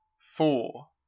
four